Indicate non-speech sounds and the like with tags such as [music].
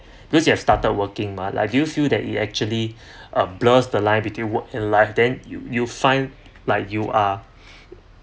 it actually [breath] um blurs the line between work in life then you find like you are